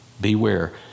beware